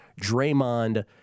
Draymond